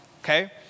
okay